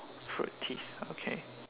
fruit teas okay